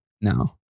No